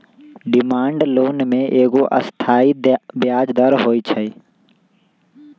demand loan में एगो अस्थाई ब्याज दर होइ छइ